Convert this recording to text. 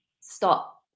stop